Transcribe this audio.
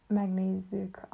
megnézzük